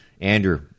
Andrew